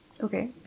Okay